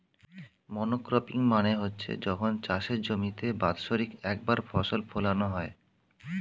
monocropping মানে হচ্ছে যখন চাষের জমিতে বাৎসরিক একবার ফসল ফোলানো হয়